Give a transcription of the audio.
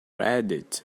reddit